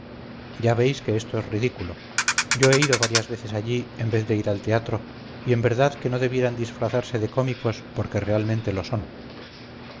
ya veis que esto es ridículo yo he ido varias veces allí en vez de ir al teatro y en verdad que no debieran disfrazarse de cómicos porque realmente lo son